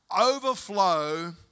overflow